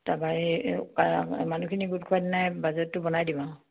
তাৰ পৰা মানুহখিনি গোট খোৱাই দিনাই বাজেটটো বনাই দিব আৰু